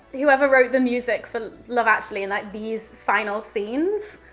whoever wrote the music for love actually and like these final scenes,